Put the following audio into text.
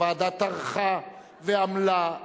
הוועדה טרחה ועמלה,